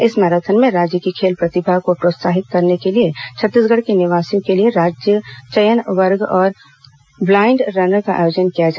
इस मैराथन में राज्य की खेल प्रतिभा को प्रोत्साहित करने के लिए छत्तीसगढ़ के निवासियों के लिए राज्य चयनित वर्ग और ब्लेड रनर का आयोजन किया गया